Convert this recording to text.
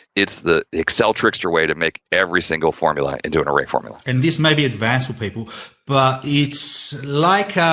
it's the excel trickster way to make every single formula into an array formula john and this may be advanced with people but it's like, ah